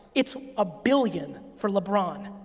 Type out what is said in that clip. it's a billion for lebron.